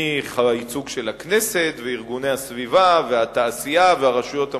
מייצוג של הכנסת וארגוני הסביבה והתעשייה והרשויות המקומיות,